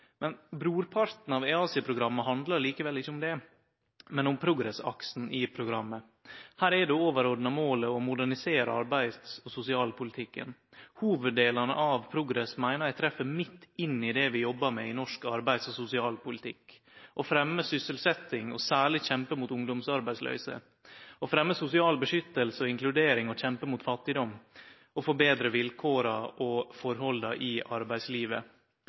men om PROGRESS-aksen i programmet. Her er det overordna målet å modernisere arbeids- og sosialpolitikken. Hovuddelen av PROGRESS meiner eg treffer midt inn i det vi jobbar med i norsk arbeids- og sosialpolitikk, nemleg å fremje sysselsetjing – særleg kjempe mot ungdomsarbeidsløyse – å fremje sosial sikring og inkludering, å kjempe mot fattigdom og å forbetre vilkåra og forholda i arbeidslivet.